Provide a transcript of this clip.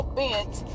bent